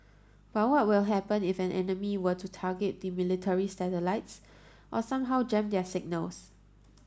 but what would happen if an enemy were to target the military's satellites or somehow jam their signals